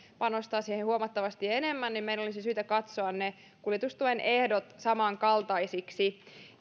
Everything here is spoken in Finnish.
panostaa siihen huomattavasti enemmän niin meillä olisi syytä katsoa ne kuljetustuen ehdot samankaltaisiksi